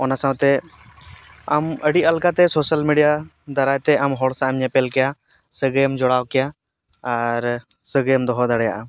ᱚᱱᱟ ᱥᱟᱶᱛᱮ ᱟᱢ ᱟᱹᱰᱤ ᱟᱞᱜᱟᱛᱮ ᱥᱳᱥᱟᱞ ᱢᱤᱰᱤᱭᱟ ᱫᱟᱨᱟᱭᱛᱮ ᱟᱢ ᱦᱚᱲ ᱥᱟᱶᱣᱮᱢ ᱧᱮᱯᱮᱞ ᱠᱮᱭᱟ ᱥᱟᱹᱜᱟᱹᱭᱮᱢ ᱡᱚᱲᱟᱣ ᱠᱮᱭᱟ ᱟᱨ ᱥᱟᱹᱜᱟᱹᱭᱮᱢ ᱫᱚᱦᱚ ᱫᱟᱲᱮᱭᱟᱜᱼᱟ